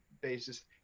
basis